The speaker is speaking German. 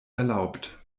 erlaubt